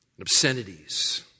obscenities